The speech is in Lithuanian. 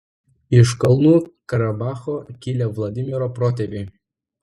iš kalnų karabacho kilę vladimiro protėviai